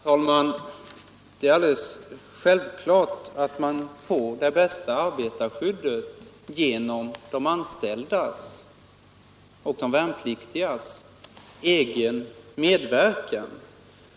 Herr talman! Det är alldeles självklart att man får det bästa arbetarskyddet genom de anställdas och de värnpliktigas egen medverkan.